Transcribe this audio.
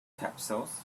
capsules